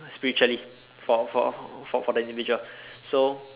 spiritually for for for for for the individual so